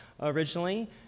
originally